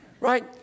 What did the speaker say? right